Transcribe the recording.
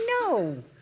No